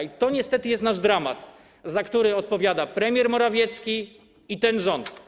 I to niestety jest nasz dramat, za który odpowiada premier Morawiecki i ten rząd.